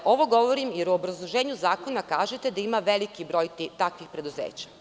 Ovo govorim jer u obrazloženju zakona kažete da ima veliki broj takvih preduzeća.